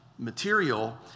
Material